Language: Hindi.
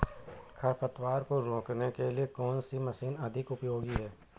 खरपतवार को रोकने के लिए कौन सी मशीन अधिक उपयोगी है?